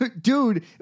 Dude